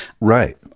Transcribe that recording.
Right